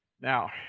Now